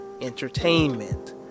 Entertainment